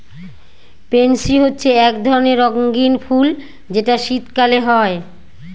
pansy হচ্ছে এক ধরণের রঙ্গীন ফুল যেটা শীতকালে হয়